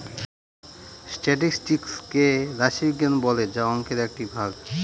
statistics কে রাশি বিজ্ঞান বলে যা অংকের একটি ভাগ